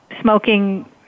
smoking